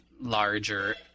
larger